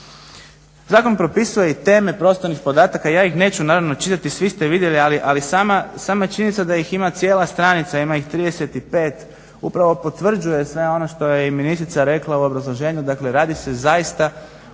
Zakon propisuje i teme prostornih podataka, ja ih neću naravno čitati. Svi ste vidjeli ali sama činjenica da ih ima cijela stranica, ima ih 35 upravo potvrđuje sve ono što je i ministrica rekla u obrazloženju, dakle radi se o